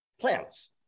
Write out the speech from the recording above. plants